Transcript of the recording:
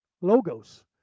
Logos